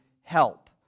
help